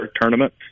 tournament